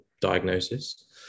diagnosis